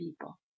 people